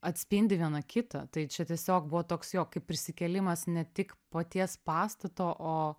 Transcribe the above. atspindi viena kitą tai čia tiesiog buvo toks jo kaip prisikėlimas ne tik paties pastato o